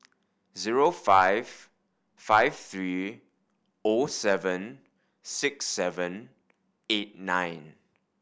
zero five five three O seven six seven eight nine